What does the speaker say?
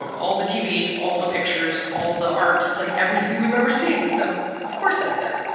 like all the tv, all the pictures, all the art, it's like everything we've ever seen so of course that's there.